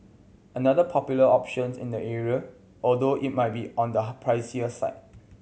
another popular options in the area although it might be on the pricier side